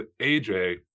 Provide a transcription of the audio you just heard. AJ